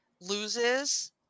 loses